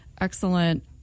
excellent